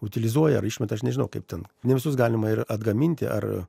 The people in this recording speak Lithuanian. utilizuoja ar išmeta aš nežinau kaip ten ne visus galima ir atgaminti ar